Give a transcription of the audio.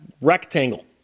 rectangle